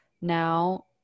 now